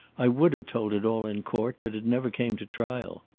i would have told it all in court, but it never came to trial.